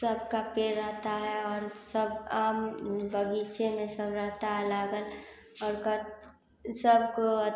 सब का पेड़ रहता है और सब आम बगीचे में सब रहता है लागल और कर सबको